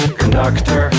conductor